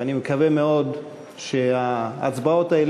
ואני מקווה מאוד שההצבעות האלה,